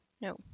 No